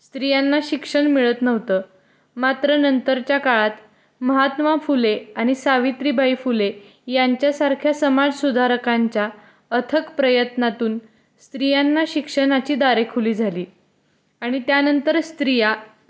स्त्रियांना शिक्षण मिळत नव्हतं मात्र नंतरच्या काळात महात्मा फुले आणि सावित्रीबाई फुले यांच्यासारख्या समाजसुधारकांच्या अथक प्रयत्नातून स्त्रियांना शिक्षणाची दारे खुली झाली आणि त्यानंतर स्त्रिया